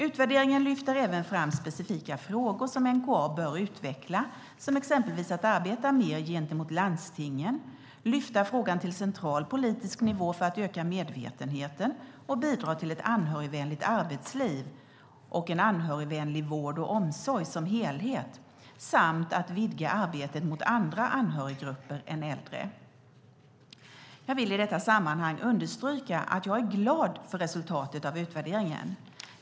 Utvärderingen lyfter även fram specifika frågor som NkA bör utveckla, som exempelvis att arbeta mer gentemot landstingen, lyfta frågan till central politisk nivå för att öka medvetenheten och bidra till ett anhörigvänligt arbetsliv och en anhörigvänlig vård och omsorg som helhet samt att vidga arbetet mot andra anhöriggrupper än äldre. Jag vill i detta sammanhang understryka att jag är glad för resultatet av utvärderingen.